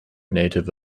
native